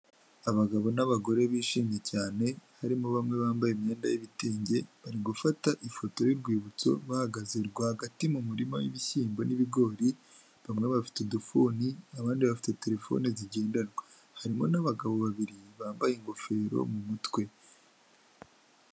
Abagabo n'abagore bishimye cyane, harimo bamwe bambaye imyenda y'ibitenge bari gufata ifoto y'urwibutso bahagaze rwagati mu murima wibishyimbo n'ibigori, bamwe bafite udufuni abandi bafite terefone zigendanwa harimo n'abagabo babiri bambaye ingofero mu mutwe.